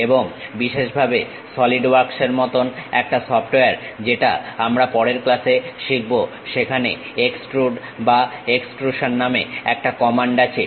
এবং বিশেষভাবে SolidWorks এর মতন একটা সফটওয়্যার যেটা আমরা পরের ক্লাসে শিখব সেখানে এক্সট্রুড বা এক্সট্রুশন নামে একটা কমান্ড আছে